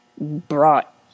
brought